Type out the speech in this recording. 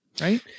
right